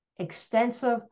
extensive